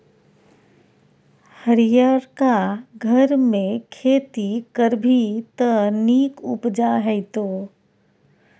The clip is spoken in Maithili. हरियरका घरमे खेती करभी त नीक उपजा हेतौ